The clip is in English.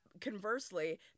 conversely